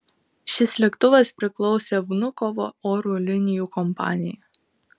šis lėktuvas priklausė vnukovo oro linijų kompanijai